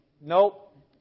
Nope